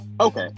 Okay